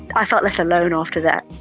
i felt less alone after that.